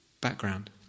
background